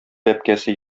бәбкәсе